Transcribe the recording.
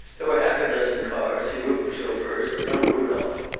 there were half a dozen cars, a group of chauffeurs, but no rudolph.